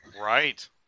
Right